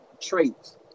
traits